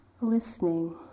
Listening